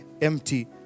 Empty